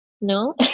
no